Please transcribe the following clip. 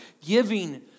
giving